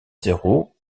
zéro